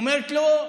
אומרת לו: